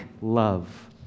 love